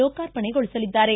ಲೋಕಾರ್ಪಣೆಗೊಳಿಸಲಿದ್ದಾರೆ